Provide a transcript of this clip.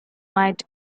might